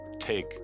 take